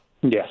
Yes